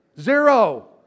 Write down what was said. zero